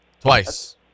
Twice